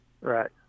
Right